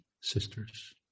sisters